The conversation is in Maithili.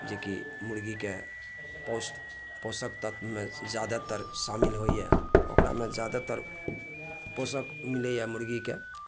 जेकि मुर्गीके पोष पौषक तत्वमे जादातर शामिल होइए ओकरामे जादातर पोषक मिलैए मुर्गीके